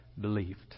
believed